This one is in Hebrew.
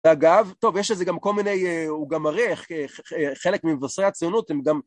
אגב, טוב, יש איזה גם כל מיני, הוא גם מריח, חלק ממבשרי הציונות הם גם